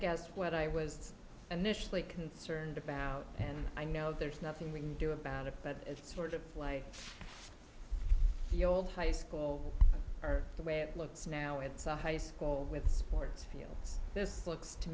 guess what i was initially concerned about and i know there's nothing we can do about it but it's sort of like the old high school or the way it looks now it's a high school with sports fields this looks to